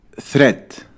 threat